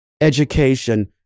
education